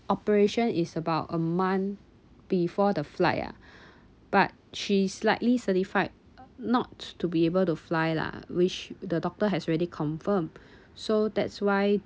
operation is about a month before the flight ah but she slightly certified not to be able to fly lah which the doctor has already confirm so that's why